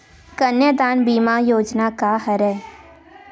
कन्यादान बीमा योजना का हरय?